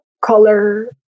color